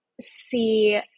see